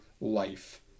life